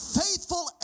faithful